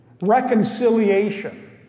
Reconciliation